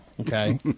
okay